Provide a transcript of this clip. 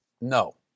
No